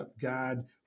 God